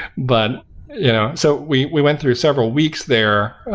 but you know so we we went through several weeks there,